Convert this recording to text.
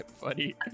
funny